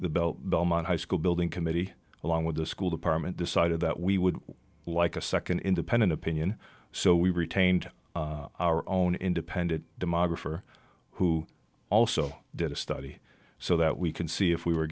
the bell belmont high school building committee along with the school department decided that we would like a second independent opinion so we retained our own independent demographer who also did a study so that we can see if we were